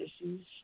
issues